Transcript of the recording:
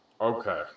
okay